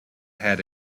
had